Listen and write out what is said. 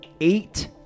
Eight